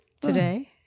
today